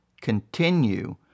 Continue